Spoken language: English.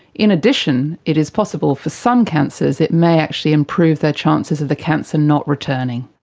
in addition it is possible for some cancers it may actually improve their chances of the cancer not returning.